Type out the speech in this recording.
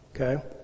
Okay